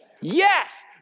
yes